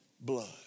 blood